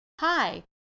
Hi